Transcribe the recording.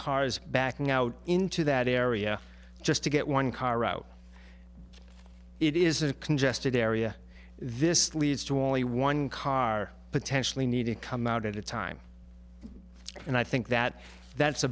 cars backing out into that area just to get one car out it is a congested area this leads to only one car potentially need to come out at a time and i think that that's a